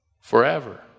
Forever